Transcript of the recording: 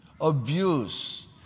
abuse